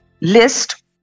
list